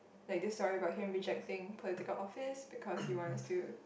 like the story about him rejecting political office because he wants to